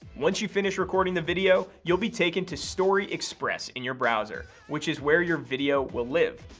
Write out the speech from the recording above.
once you finish recording the video, you'll be taken to storyxpress in your browser, which is where your video will live.